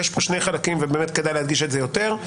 יש פה שני חלקים, ובאמת כדאי להדגיש את זה יותר.